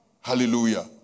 Hallelujah